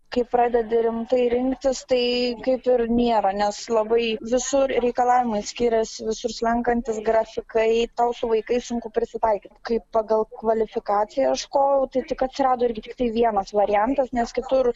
kai pradedi rimtai rinktis tai kaip ir nėra nes labai visur reikalavimai skiriasi visur slenkantys grafikai tau su vaikais sunku prisitaikyt kai pagal kvalifikaciją ieškojau tai tik atsirado irgi tiktai vienas variantas nes kitur